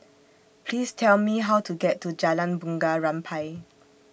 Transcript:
Please Tell Me How to get to Jalan Bunga Rampai